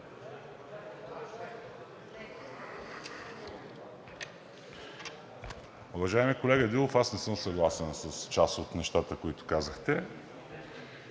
Уважаеми колега Дилов, аз не съм съгласен с част от нещата, които казахте.